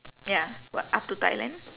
ya what up to thailand